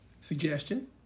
suggestion